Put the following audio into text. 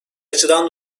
açıdan